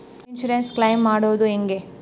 Insurance claim ಮಾಡೋದು ಹೆಂಗ?